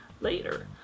later